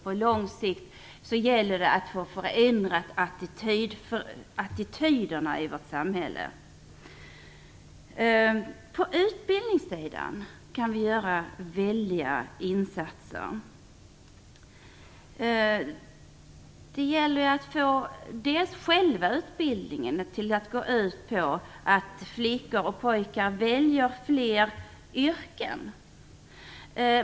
På lång sikt gäller det att förändra attityderna i vårt samhälle. På utbildningssidan kan vi göra väldiga insatser. Det gäller att få själva utbildningen att gå ut på att flickor och pojkar skall välja fler yrken.